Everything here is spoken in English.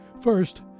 First